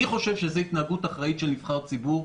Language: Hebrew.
אני חושב שזו התנהגות אחראית של נבחר ציבור.